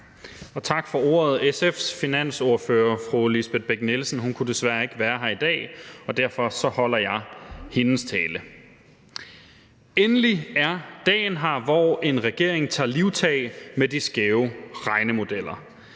og tak for ordet. SF’s finansordfører, fru Lisbeth Bech-Nielsen, kunne desværre ikke være her i dag, og derfor holder jeg hendes tale. Endelig er dagen kommet, hvor en regering tager livtag med de skæve regnemodeller.